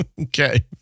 Okay